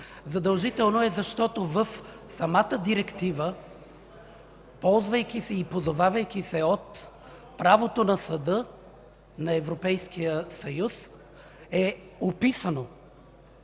Задължително е, защото в самата директива, ползвайки се и позовавайки се от правото на съда на Европейския съюз, е описано: